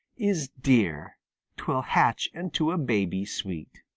is dear twill hatch into a baby sweet.